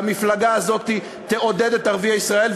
והמפלגה הזאת תעודד את ערביי ישראל,